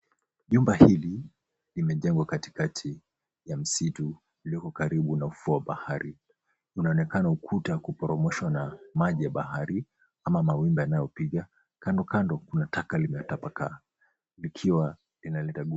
Jumba hili limejengwa katikati ya msitu ulioko karibu na ufuo wa bahari. Unaonekana ukuta wa kuporomoshwa na maji ya bahari ama mawimbi yanayopiga. Kandokando kuna taka limetapakaa likiwa linaleta gugu.